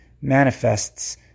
manifests